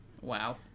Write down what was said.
Wow